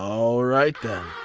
um alright then.